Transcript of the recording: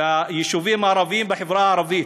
ביישובים הערביים בחברה הערבית,